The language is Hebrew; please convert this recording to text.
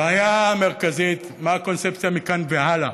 הבעיה המרכזית: מה הקונספציה מכאן והלאה.